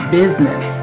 business